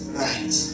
right